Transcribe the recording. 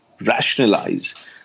rationalize